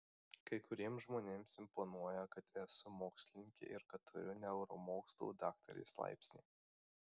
kai kuriems žmonėms imponuoja kad esu mokslininkė ir kad turiu neuromokslų daktarės laipsnį